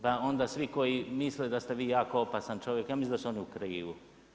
Pa onda svi koji misle da ste vi jako opasan čovjek, ja mislim da su oni u krivu.